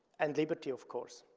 and liberty, of course.